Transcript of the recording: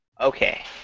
Okay